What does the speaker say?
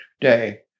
day